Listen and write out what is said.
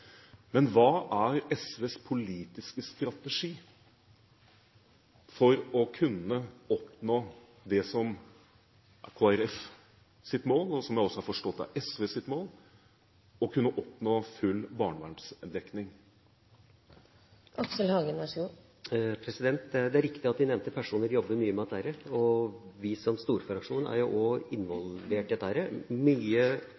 Men hva er SVs politiske strategi for å kunne oppnå det som er Kristelig Folkepartis mål – og som jeg har forstått også er SVs mål – full barnevernsdekning? Det er riktig at de nevnte personer jobber mye med dette, og vi som storfraksjon er også involvert i dette. Det er mange vanskelige diskusjoner her, bl.a. den vanskelige balansegangen mellom hvor mye